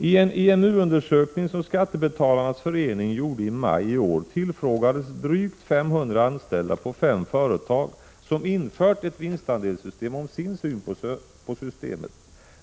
I en IMU-undersökning som Skattebetalarnas förening gjorde i maj i år tillfrågades drygt 500 anställda på fem företag som infört ett vinstandelssystem om sin syn på systemet.